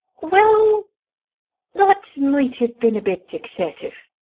well. that might've been a bit excessive.